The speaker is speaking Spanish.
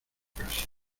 casa